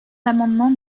l’amendement